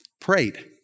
Prayed